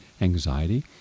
anxiety